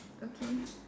okay